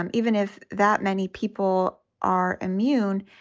um even if that many people are immune,